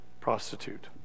prostitute